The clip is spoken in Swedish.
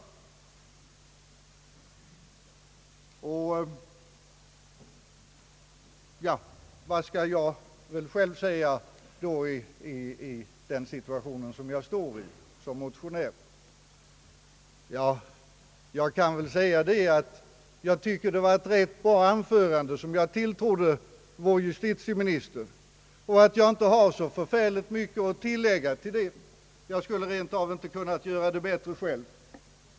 Vad skall väl jag då säga som motionär i den situation som nu uppkommit? Ja, jag kan ju säga att jag tycker att det var ett rätt bra anförande som jag tilltrodde vår justitieminister och att jag inte har så särskilt mycket att tilllägga; jag skulle rent av inte ha kunnat göra det bättre själv.